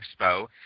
Expo